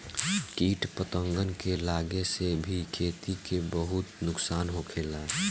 किट पतंगन के लागे से भी खेती के बहुत नुक्सान होखेला